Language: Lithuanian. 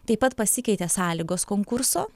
taip pat pasikeitė sąlygos konkurso